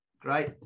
great